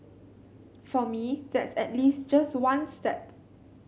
for me that's at least just one step